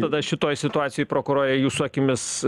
tada šitoj situacijoj prokurore jūsų akimis